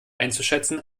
einzuschätzen